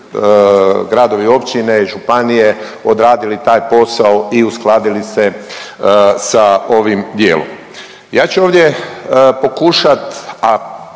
gradovi i općine i županije odradili taj posao i uskladili se sa ovim dijelom. Ja ću ovdje pokušat,